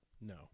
no